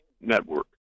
Network